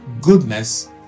goodness